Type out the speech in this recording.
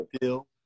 deal